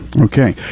okay